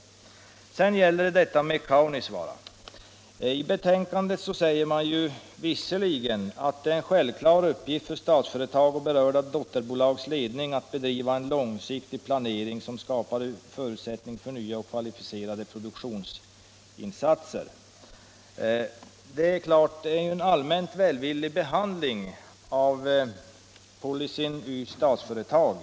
Vad sedan gäller frågan om Kaunisvaara står det på s. 5 i utskottets betänkande: ”Det är en självklar uppgift för Statsföretag och berörda dotterbolags ledning att bedriva en långsiktig planering som skapar förutsättningar för nya, kvalificerade produktionsinsatser.” Det är ju en allmänt välvillig behandling av policyn i Statsföretag.